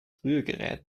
rührgerät